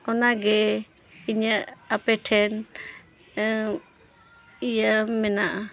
ᱚᱱᱟᱜᱮ ᱤᱧᱟᱹᱜ ᱟᱯᱮᱴᱷᱮᱱ ᱤᱭᱟᱹ ᱢᱮᱱᱟᱜᱼᱟ